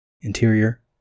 Interior